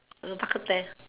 bak-kut-teh